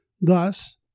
Thus